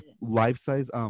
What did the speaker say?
life-size